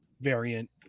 variant